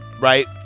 right